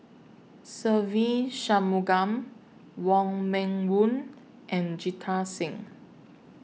Se Ve Shanmugam Wong Meng Voon and Jita Singh